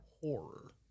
horror